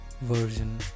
version